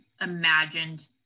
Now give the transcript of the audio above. imagined